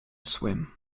swim